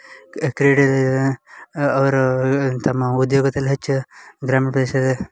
ಅವರು ತಮ್ಮ ಉದ್ಯೋಗದಲ್ಲಿ ಹೆಚ್ಚು ಗ್ರಾಮೀಣ ಪ್ರದೇಶದ